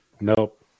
Nope